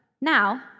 now